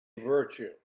virtue